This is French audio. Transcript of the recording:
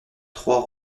trois